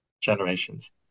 generations